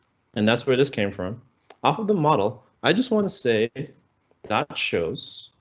and that's where this came from off of the model. i just want to say that shows.